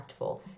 impactful